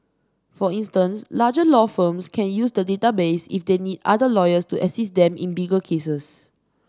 for instance larger law firms can use the database if they need other lawyers to assist them in bigger cases